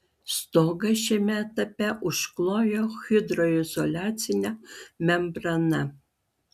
stogą šiame etape užklojo hidroizoliacine membrana